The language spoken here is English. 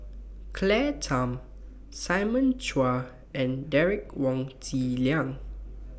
Claire Tham Simon Chua and Derek Wong Zi Liang